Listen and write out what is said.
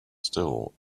still